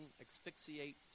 asphyxiate